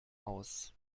aus